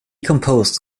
composed